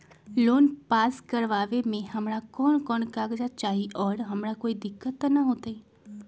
Loan pass करवावे में हमरा कौन कौन कागजात चाही और हमरा कोई दिक्कत त ना होतई?